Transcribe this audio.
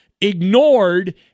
ignored